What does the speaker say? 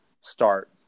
start